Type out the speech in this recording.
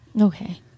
Okay